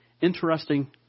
Interesting